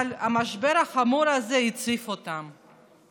אבל המשבר החמור הזה הציף אותן.